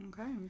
okay